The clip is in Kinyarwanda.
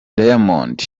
diamond